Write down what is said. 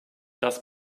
das